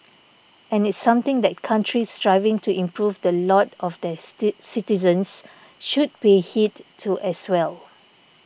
and it's something that countries striving to improve the lot of their citizens should pay heed to as well